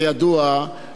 לצערי הרב,